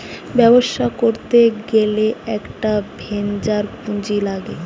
ব্যবসা করতে গ্যালে একটা ভেঞ্চার পুঁজি লাগছে